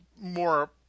more